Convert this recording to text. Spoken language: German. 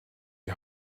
die